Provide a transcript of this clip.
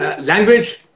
Language